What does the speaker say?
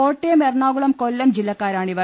Kottayam Ernakulam Kollam ജില്ലക്കാരാണിവർ